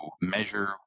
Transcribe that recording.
measure